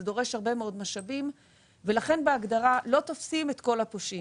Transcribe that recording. זה דורש הרבה מאוד משאבים ולכן בהגדרה לא תופסים את כל הפושעים.